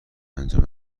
انجام